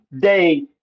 day